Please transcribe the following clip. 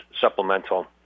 supplemental